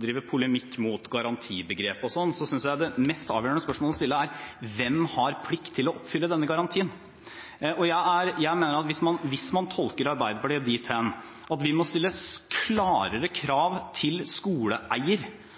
drive polemikk mot garantibegrep og slikt, synes jeg det mest avgjørende spørsmålet å stille er: Hvem har plikt til å oppfylle denne garantien? Hvis man tolker Arbeiderpartiet dit hen at vi må stille klarere krav til skoleeier – fra statens side, vi skal følge opp, men klarere krav også til skoleeier